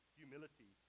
humility